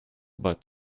but